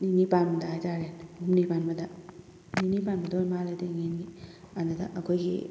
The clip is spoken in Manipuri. ꯅꯤꯅꯤ ꯄꯥꯟꯕꯗ ꯍꯥꯏꯇꯥꯔꯦ ꯍꯨꯝꯅꯤ ꯄꯥꯟꯕꯗ ꯅꯤꯅꯤ ꯄꯥꯟꯕꯗ ꯑꯣꯏꯔꯃꯥꯜꯂꯦꯗ ꯏꯉꯦꯟꯒꯤ ꯑꯗꯨꯗ ꯑꯩꯈꯣꯏꯒꯤ